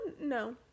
no